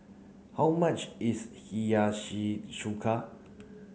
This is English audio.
how much is Hiyashi Chuka